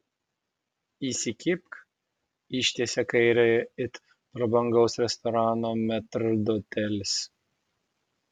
įsikibk ištiesia kairę it prabangaus restorano metrdotelis